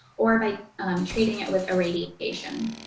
or by um treating it with irradiation.